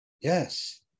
Yes